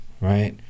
right